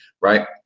Right